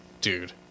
dude